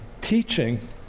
teaching